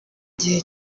gihe